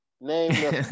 name